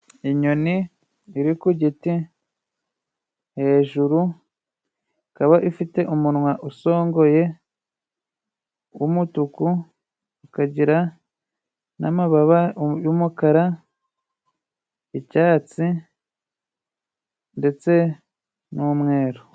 Inyoni iri ku giti. Hejuru ikaba ifite umunwa usongoye wumutuku, ukagira n'amababa yumukara, icyatsi, ndetse n'umweru.